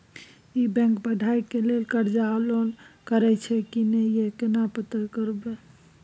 ई bank पढ़ाई के लेल कर्ज आ लोन करैछई की नय, यो केना पता करबै?